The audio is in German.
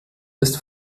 ist